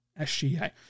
SGA